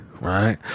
right